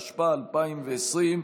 התשפ"א 2020,